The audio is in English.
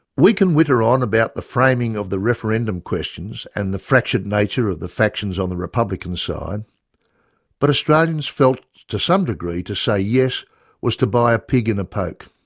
we can witter on about the framing of the referendum questions and the fractured nature of the factions on the republican side but australians felt to some degree to say yes was to buy a pig in a poke.